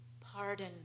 pardon